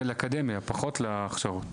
לאקדמיה, פחות להכשרות,